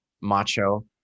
macho